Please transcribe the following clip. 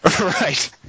right